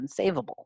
unsavable